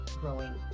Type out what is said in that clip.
growing